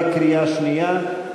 בקריאה שנייה.